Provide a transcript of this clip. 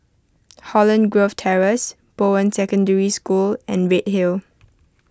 Holland Grove Terrace Bowen Secondary School and Redhill